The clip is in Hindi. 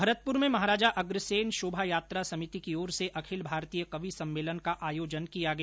भरतपुर में महाराजा अग्रसेन शोभायात्रा समिति की ओर से अखिल भारतीय कवि सम्मेलन का आयोजन किया गया